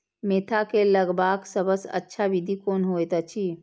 Mentha के लगवाक सबसँ अच्छा विधि कोन होयत अछि?